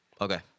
Okay